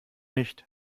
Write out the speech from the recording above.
nicht